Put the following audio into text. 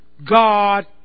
God